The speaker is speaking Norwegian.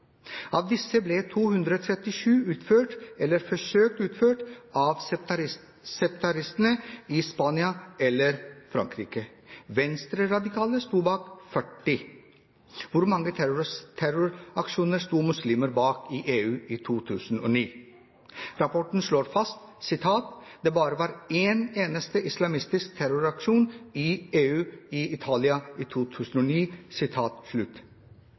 Av disse ble 237 utført, eller forsøkt utført, av separatistene i Spania og Frankrike. Venstreradikale sto bak 40. Hvor mange terroraksjoner sto muslimer bak i EU i 2009? Rapporten slår fast at «det bare var én eneste islamistisk terroraksjon i EU, i Italia i 2009».